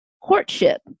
courtship